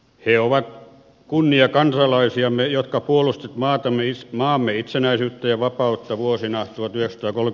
he ovat kunniakansalaisiamme jotka puolustivat maamme itsenäisyyttä ja vapautta vuosina vuodesta ollut